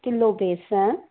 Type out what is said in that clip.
kilo बेसणु